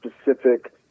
specific